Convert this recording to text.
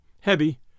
heavy